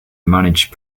manage